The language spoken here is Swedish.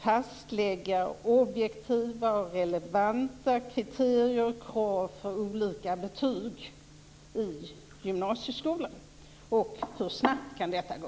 fastlägga objektiva och relevanta kriterier och krav för olika betyg i gymnasieskolan, och hur snabbt kan detta gå?